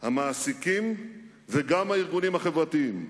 המעסיקים וגם הארגונים החברתיים.